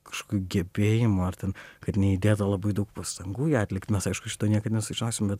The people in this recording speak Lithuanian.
kažkokių gebėjimų ar ten kad neįdėta labai daug pastangų ją atlikt mes aišku šito niekad nesužinosim bet